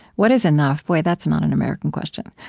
what is enough boy, that's not an american question.